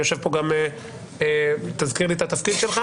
יושב פה ראש חטיבת הסייבר.